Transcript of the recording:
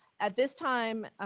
at this time,